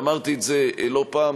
ואמרתי את זה לא פעם,